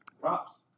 props